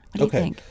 okay